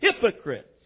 hypocrites